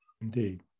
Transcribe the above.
indeed